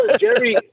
Jerry